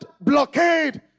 blockade